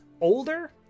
older